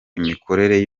imikorere